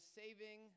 saving